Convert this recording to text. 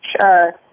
Sure